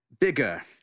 bigger